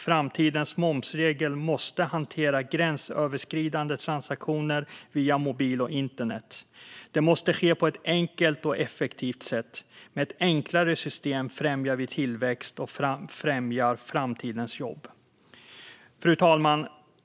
Framtidens momsregler måste hantera gränsöverskridande transaktioner via mobil och internet. Det måste ske på ett enkelt och effektivt sätt. Med ett enklare system främjar vi tillväxt och främjar framtidens jobb. Fru talman!